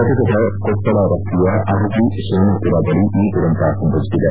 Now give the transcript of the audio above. ಗದಗನ ಕೊಪ್ಪಳ ರಸ್ತೆಯ ಅಡವಿ ಸೋಮಪುರ ಬಳಿ ಈ ದುರಂತ ಸಂಭವಿಸಿದೆ